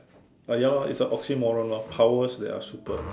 uh ya lor it's a oxymoron lor powers that are super